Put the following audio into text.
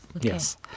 Yes